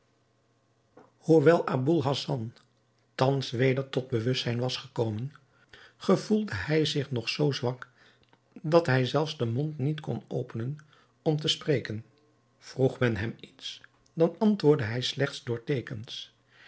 hoewel aboul hassan thans weder tot bewustzijn was gekomen gevoelde hij zich nog zoo zwak dat hij zelfs den mond niet kon openen om te spreken vroeg men hem iets dan antwoordde hij slechts door teekens